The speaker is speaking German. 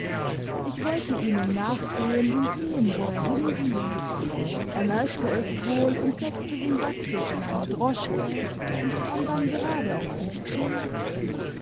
ich wollte ihnen nachgehen und sehen wo er hinging er merkte es wohl und setzte den backfisch in eine droschke und kam dann gerade auf mich zu